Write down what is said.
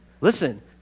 Listen